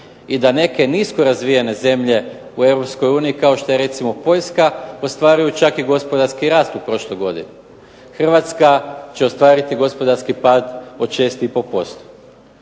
i da neke nisko razvijene zemlje u EU, kao što je recimo Poljska, ostvaraju čak i gospodarski rast u prošloj godini. Hrvatska će ostvariti gospodarski pad od 6,5%.